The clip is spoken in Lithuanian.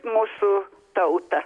mūsų tautą